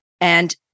And-